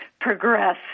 progress